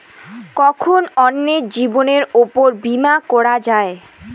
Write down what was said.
কখন অন্যের জীবনের উপর বীমা করা যায়?